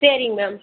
சரிங் மேம்